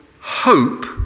hope